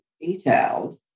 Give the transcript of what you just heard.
details